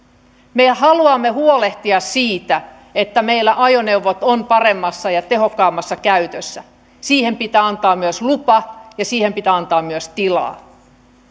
me haluamme huolehtia siitä että meillä ajoneuvot ovat paremmassa ja tehokkaammassa käytössä siihen pitää antaa myös lupa ja siihen pitää antaa myös tilaa